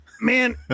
Man